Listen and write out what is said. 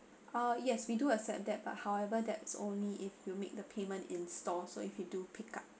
uh yes we do accept that but however that's only if you make the payment in store so you can do pick up